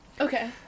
Okay